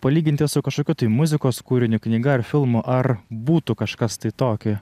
palyginti su kažkokiu tai muzikos kūriniu knyga ar filmu ar būtų kažkas tai tokio